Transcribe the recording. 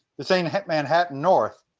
this ain't manhattan north,